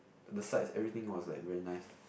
the sides everything was like very nice